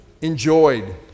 enjoyed